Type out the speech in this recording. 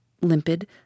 limpid